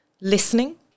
listening